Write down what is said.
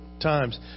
Times